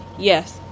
Yes